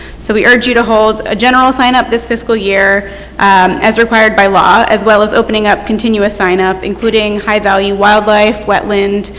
so we urge you to hold a general sign-up this fiscal year um as required by law as well as opening up continuous sign-up including high-value wildlife, wetland,